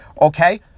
okay